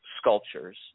sculptures